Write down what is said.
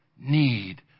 need